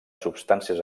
substàncies